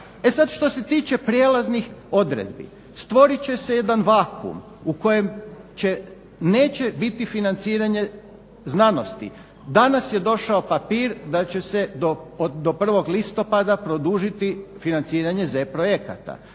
E sad što se tiče prijelaznih odredbi. Stvorit će se jedan vakuum u kojem neće biti financiranje znanosti. Danas je došao papir da će se do 1. listopada produžiti financiranje Z projekata.